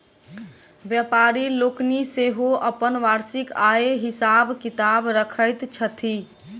व्यापारि लोकनि सेहो अपन वार्षिक आयक हिसाब किताब रखैत छथि